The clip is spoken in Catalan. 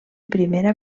primera